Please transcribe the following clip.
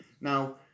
Now